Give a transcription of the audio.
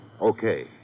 Okay